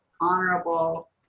honorable